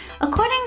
According